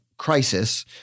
crisis